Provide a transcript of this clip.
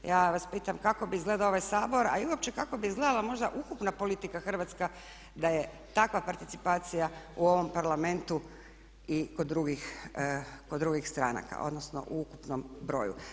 Ja vas pitam kako bi izgledao ovaj Sabor a i uopće kako bi izgledala možda ukupna politika Hrvatska da je takva participacija u ovom Parlamentu i kod drugih stranaka odnosno u ukupnom broju.